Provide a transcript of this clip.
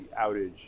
outage